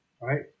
right